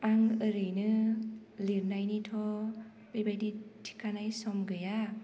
आं ओरैनो लिरनायनिथ' बेबायदि थिखानाय सम गैया